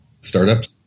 startups